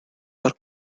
are